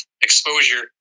exposure